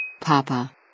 Papa